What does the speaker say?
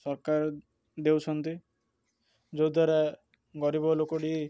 ସରକାର ଦେଉଛନ୍ତି ଯଦ୍ୱାରା ଗରିବ ଲୋକଟି